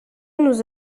nous